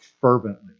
fervently